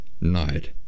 night